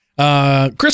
Chris